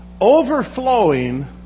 overflowing